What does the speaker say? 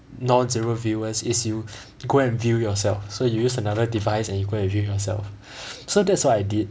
non zero viewers is you go and view yourself so you use another device and you go and view yourself so that's what I did